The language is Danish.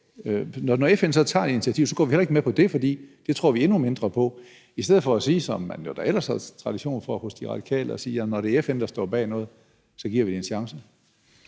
når FN så tager et initiativ, går vi heller ikke med på det, fordi vi tror endnu mindre på det, i stedet for at sige, hvilket man jo da ellers havde tradition for hos De Radikale: Når det er FN, der står bag noget, så giver vi det en chance.